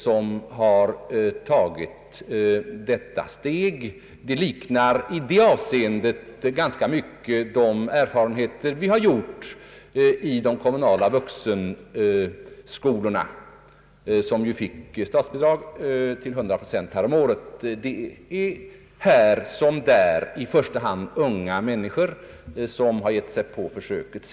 Erfarenheterna liknar i detta avseende ganska mycket dem vi har gjort i de kommunala vuxenskolorna, som ju häromåret fick statsbidrag till hundra procent; det är här som där i första hand unga människor som gett sig på försöket.